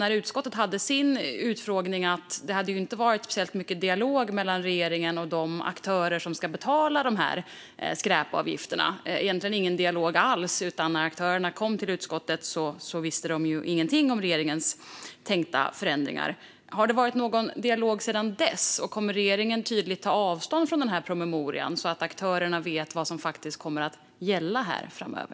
När utskottet hade sin utfrågning blev det tydligt att det inte förekommit särskilt mycket dialog mellan regeringen och de aktörer som ska betala skräpavgifterna. Egentligen hade det inte varit någon dialog alls, så när aktörerna kom till utskottet visste de ingenting om regeringens tänkta förändringar. Har det varit någon dialog sedan dess? Kommer regeringen att tydligt ta avstånd från promemorian så att aktörerna vet vad som kommer att gälla framöver?